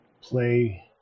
play